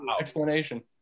explanation